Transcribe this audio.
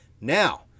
Now